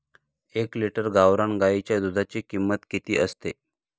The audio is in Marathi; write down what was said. एक लिटर गावरान गाईच्या दुधाची किंमत किती असते?